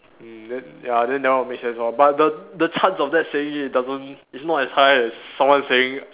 mm then ya then that one will make sense lor but the the chance of that saying it doesn't is not as high as someone saying